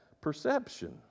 perception